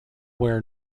wear